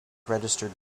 registered